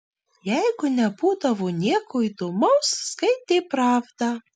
jeigu nebūdavo nieko įdomaus skaitė pravdą